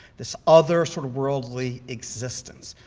this other sort of worldly existence,